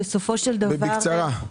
בקצרה.